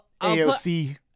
AOC